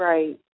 Right